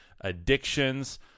addictions